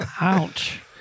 Ouch